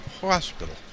hospital